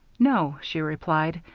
no, she replied,